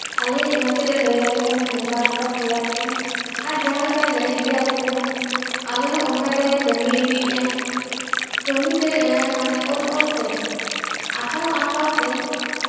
ᱟᱞᱮᱭᱤᱡ ᱢᱟᱪᱮᱫ ᱞᱟᱹᱭᱟᱞᱮ ᱠᱟᱱᱟᱭ ᱱᱚᱝᱠᱟ ᱱᱚᱝᱠᱟ ᱛᱮᱭᱟᱨ ᱯᱮ ᱟᱡ ᱡᱟᱦᱟᱸ ᱞᱮᱠᱟᱭ ᱞᱟᱹᱭ ᱤᱫᱤᱭᱟᱞᱮ ᱠᱟᱱᱟ ᱟᱞᱮᱦᱚᱸ ᱚᱱᱠᱟ ᱜᱮᱞᱮ ᱠᱟᱹᱢᱤ ᱤᱫᱤᱭᱮᱫᱼᱟ ᱠᱟᱹᱢᱤᱛᱮ ᱢᱟᱱᱮ ᱚᱞ ᱚᱞᱛᱮ ᱟᱸᱠᱟᱣ ᱟᱸᱠᱟᱣᱛᱮ